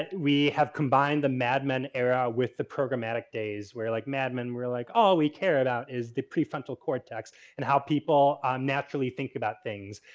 ah we have combined the mad men era with the programmatic days. we're like mad men. we're like all we care about is the prefrontal cortex and how people naturally think about things.